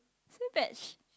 few batch